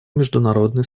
международной